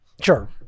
Sure